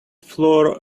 floor